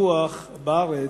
ויכוח בארץ,